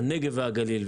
הנגב והגליל.